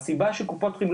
הסיבה שקופות החולים,